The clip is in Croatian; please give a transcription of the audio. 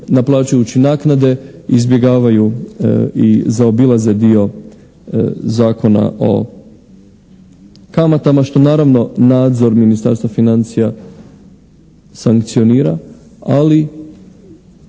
naplaćujući naknade izbjegavaju i zaobilaze dio Zakona o kamata što naravno nadzor Ministarstva financija sankcionira ali